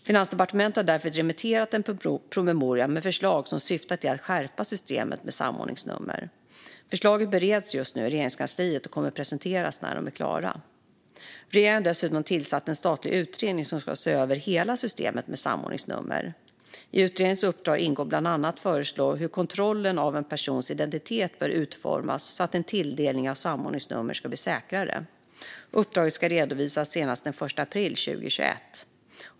Finansdepartementet har därför remitterat en promemoria med förslag som syftar till att skärpa systemet med samordningsnummer. Förslagen bereds just nu i Regeringskansliet och kommer att presenteras när de är klara. Regeringen har dessutom tillsatt en statlig utredning som ska se över hela systemet med samordningsnummer. I utredningens uppdrag ingår bland annat att föreslå hur kontrollen av en persons identitet bör utformas för att tilldelningen av samordningsnummer ska bli säkrare. Uppdraget ska redovisas senast den 1 april 2021.